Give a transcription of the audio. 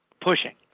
pushing